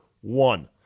one